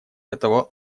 этого